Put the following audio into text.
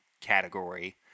category